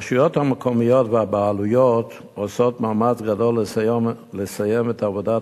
הרשויות המקומיות והבעלויות עושות מאמץ גדול לסיים את עבודות